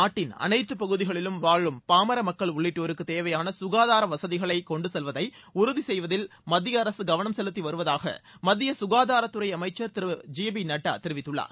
நாட்டின் அனைத்துப் பகுதிகளிலும் வாழும் பாமர மக்கள் உள்ளிட்டோருக்கு தேவையான சுகாதார வசதிகளை கொண்டு செல்வதை உறுதி செய்வதில் மத்திய அரசு கவனம் செலுத்தி வருவதாக மத்திய சுகாதாரத்துறை அமைச்சர் திரு ஜே பி நட்டா தெரிவித்துள்ளார்